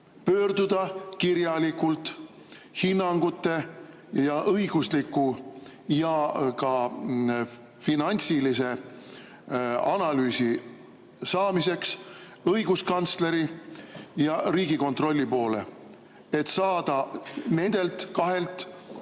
pöörduda kirjalikult hinnangute ja õigusliku ja ka finantsilise analüüsi saamiseks õiguskantsleri ja Riigikontrolli poole, et saada nendelt kahelt